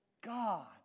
God